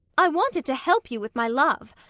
i wanted to help you with my love,